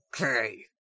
okay